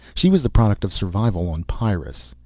she was the product of survival on pyrrus.